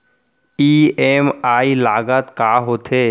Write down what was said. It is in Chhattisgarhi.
ई.एम.आई लागत का होथे?